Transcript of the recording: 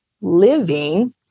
living